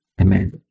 Amen